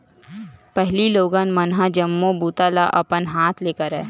पहिली लोगन मन ह जम्मो बूता ल अपन हाथ ले करय